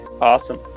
Awesome